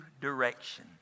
direction